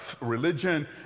religion